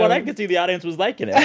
i could see, the audience was liking yeah